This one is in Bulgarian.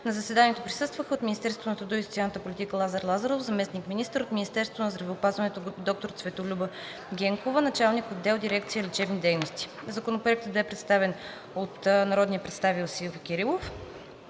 На заседанието присъстваха от Министерството на труда и социалната политика Лазар Лазаров – заместник-министър; от Министерството на здравеопазването – доктор Цветолюба Генкова, началник-отдел в дирекция „Лечебни дейности“. Законопроектът беше представен от народния представител Силви Кирилов.